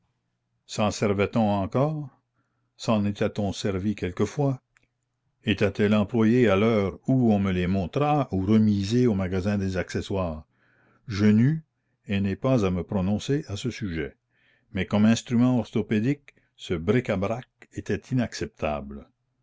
s'en servait on encore s'en étaiton servi quelquefois étaient-elles employées à l'heure où on me les montra ou remisées au magasin des accessoires je n'eus et n'ai pas à me prononcer à ce sujet mais comme instruments orthopédiques ce bricà brac était inacceptable